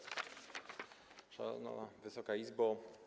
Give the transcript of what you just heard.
Szanowna Wysoka Izbo!